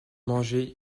manger